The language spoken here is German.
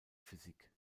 physik